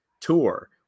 tour